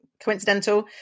coincidental